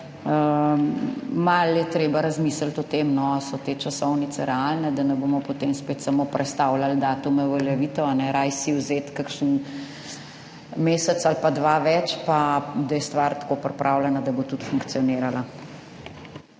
malo je treba razmisliti o tem, no, so te časovnice realne, da ne bomo potem spet samo prestavljali datume, uveljavitev, raje si vzeti kakšen mesec ali pa 2 več, pa da je stvar tako pripravljena, da bo tudi funkcionirala.